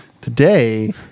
today